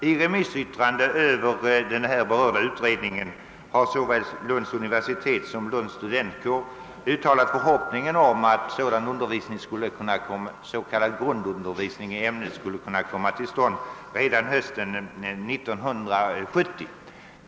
I remissyttranden över den berörda utredningen har såväl Lunds universitet som Lunds studentkår uttalat förhoppningar om att s.k. grundundervisning i ämnet skall komma till stånd redan hösten 1970.